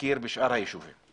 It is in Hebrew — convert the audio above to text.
אין ספק, שאחד המשימות שלנו,